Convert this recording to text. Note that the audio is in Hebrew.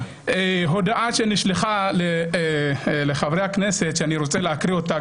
הודעה שנשלחה לחברי הכנסת שאני רוצה להקריא אותה,